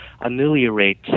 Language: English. ameliorate